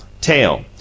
tail